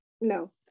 No